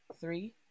three